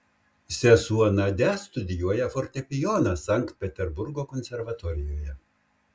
sesuo nadia studijuoja fortepijoną sankt peterburgo konservatorijoje